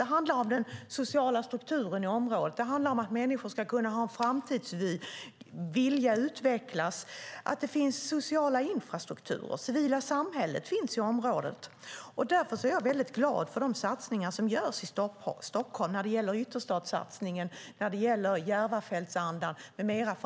Det handlar om den sociala strukturen i området, det handlar om att människor ska kunna ha en framtidsvy och vilja utvecklas, att det finns sociala infrastrukturer och att det civila samhället finns i området. Därför är jag mycket glad för de satsningar som görs i Stockholm när det gäller ytterstadssatsningen, när det gäller Järvafältsandan med mera.